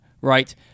Right